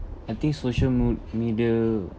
I think social mood media